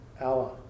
Allah